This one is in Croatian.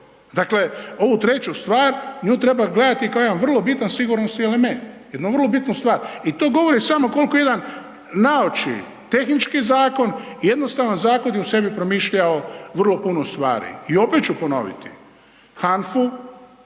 Dakle, ovu treću stvar, nju treba gledati kao jedan vrlo bitan sigurnosni element. Jednu vrlo bitnu stvar. I to govori samo koliko jedan naoči tehnički zakon, jednostavan zakon je u sebi promišljao vrlo puno stvari. I opet ću ponoviti, HANFA-u